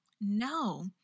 No